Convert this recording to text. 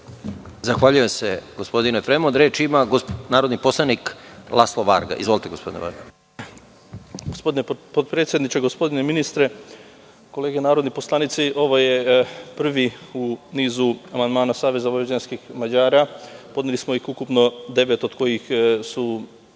Zahvaljujem se, gospodine Fremond. Reč ima narodni poslanik Laslo Varga. Izvolite. **Laslo Varga** Gospodine potpredsedniče, gospodine ministre, kolege narodni poslanici, ovo je prvi u nizu amandmana SVM. Podneli smo ih ukupno devet, od kojih su pet